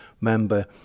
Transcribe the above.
member